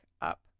up